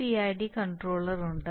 ഒരു PID controller ഉണ്ട്